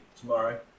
tomorrow